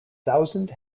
thousand